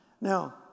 Now